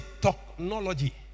technology